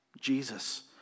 Jesus